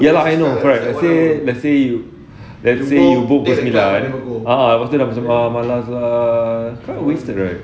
ya lah I know but let's say let's say you let's say you book pukul sembilan a'ah lepas tu macam oh malas ah kind of wasted right